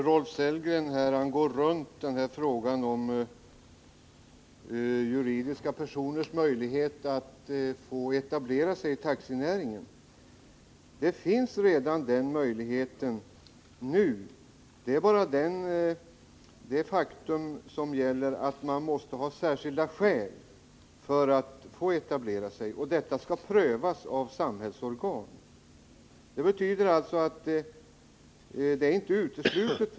Herr talman! Rolf Sellgren går runt frågan om juridiska personers möjligheter att få etablera sig i taxinäringen. De har redan nu den möjligheten, men de måste kunna visa att de uppfyller kravet på särskilda skäl, och detta skall prövas av samhällsorgan.